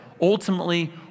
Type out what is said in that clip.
ultimately